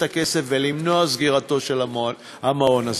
את הכסף ולמנוע את סגירתו של המעון הזה.